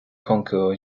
concours